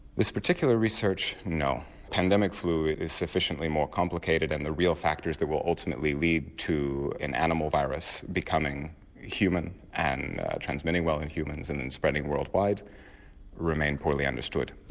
this particular research no, pandemic flu is sufficiently more complicated and the real factors that will ultimately lead to an animal virus becoming human and transmitting well in humans and and spreading worldwide remain poorly understood.